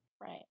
right